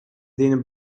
thin